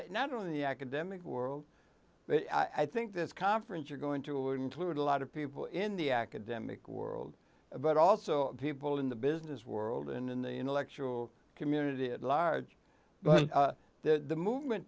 it not only the academic world i think this conference you're going to include a lot of people in the academic world but also people in the business world and in the intellectual community at large but the movement